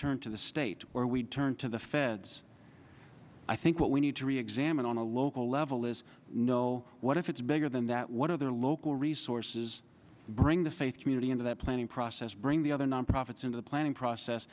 turn to the state where we turn to the feds i think what we need to reexamine on a local level is no what if it's bigger than that what are their local resources bring the faith community into the planning process bring the other non profits into the planning process